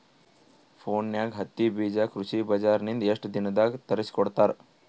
ಫೋನ್ಯಾಗ ಹತ್ತಿ ಬೀಜಾ ಕೃಷಿ ಬಜಾರ ನಿಂದ ಎಷ್ಟ ದಿನದಾಗ ತರಸಿಕೋಡತಾರ?